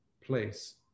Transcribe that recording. place